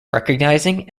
recognizing